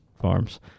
farms